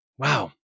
Wow